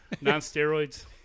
Non-steroids